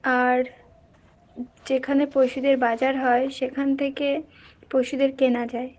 আর যেখানে পশুদের বাজার হয় সেখান থেকে পশুদের কেনা যায়